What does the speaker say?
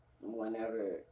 whenever